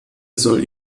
soll